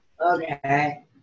Okay